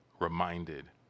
reminded